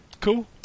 Cool